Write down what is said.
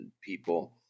people